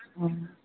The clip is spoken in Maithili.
हॅं